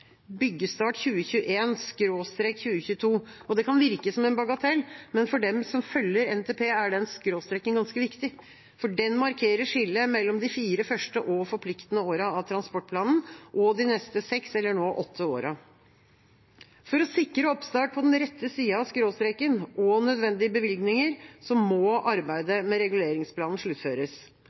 byggestart 2021/2022. Det kan virke som en bagatell, men for dem som følger NTP, er den skråstreken ganske viktig, for den markerer skillet mellom de fire første og forpliktende årene av transportplanen og de neste seks, eller nå åtte årene. For å sikre oppstart på den rette sida av skråstreken og nødvendige bevilgninger må arbeidet med reguleringsplanen sluttføres.